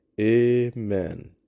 Amen